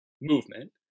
movement